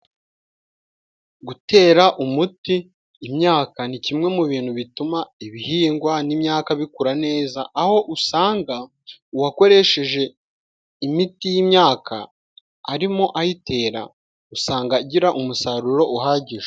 Gutera umuti imyaka ni kimwe mu bintu bituma ibihingwa n'imyaka bikura neza, aho usanga uwakoresheje imiti y'imyaka arimo ayitera usanga agira umusaruro uhagije.